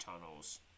tunnels